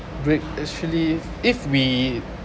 they actually if we